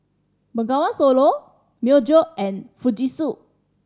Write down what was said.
Bengawan Solo Myojo and Fujitsu